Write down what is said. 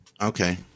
Okay